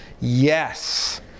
Yes